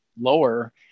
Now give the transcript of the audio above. lower